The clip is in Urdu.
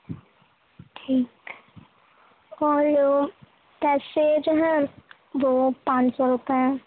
ٹھیک اور پیسے جو ہیں وہ پانچ سو روپئے ہیں